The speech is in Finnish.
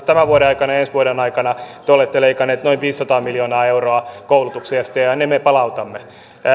tämän vuoden aikana ja ensi vuoden aikana te olette leikanneet noin viisisataa miljoonaa euroa koulutuksesta ja ja ne me palautamme